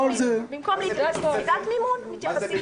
במקום להתייחס ליחידת מימון מתייחסים